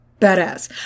Badass